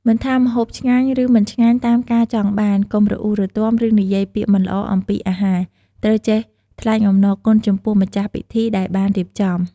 មិនថាម្ហូបឆ្ងាញ់ ឬមិនឆ្ងាញ់តាមការចង់បាន កុំរអ៊ូរទាំ ឬនិយាយពាក្យមិនល្អអំពីអាហារ ត្រូវចេះថ្លែងអំណរគុណចំពោះម្ចាស់ពិធីដែលបានរៀបចំ។